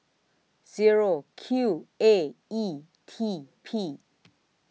Zero Q A E T P